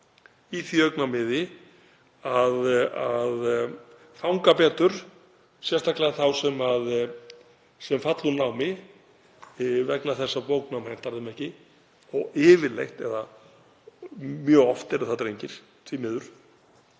í því augnamiði að fanga betur sérstaklega þá sem falla úr námi vegna þess að bóknám hentar þeim ekki. Yfirleitt eða mjög oft eru það drengir, því miður.